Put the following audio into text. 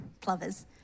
plovers